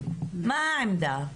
מה העמדה?